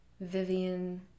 Vivian